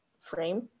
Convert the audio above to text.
frame